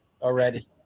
already